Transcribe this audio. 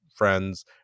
Friends